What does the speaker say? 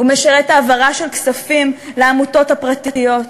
הוא משרת העברה של כספים לעמותות הפרטיות,